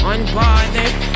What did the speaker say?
Unbothered